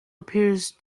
appears